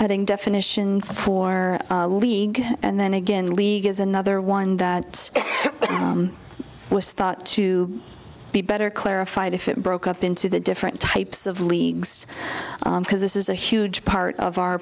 having definitions for league and then again league is another one that was thought to be better clarified if it broke up into the different types of leagues because this is a huge part of our